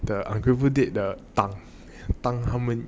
the ungrateful date